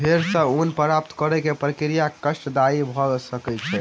भेड़ सॅ ऊन प्राप्त करै के प्रक्रिया कष्टदायी भ सकै छै